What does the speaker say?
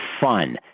fun